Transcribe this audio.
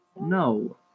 No